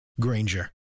Granger